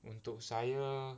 untuk saya